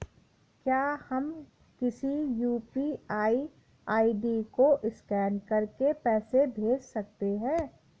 क्या हम किसी यू.पी.आई आई.डी को स्कैन करके पैसे भेज सकते हैं?